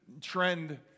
trend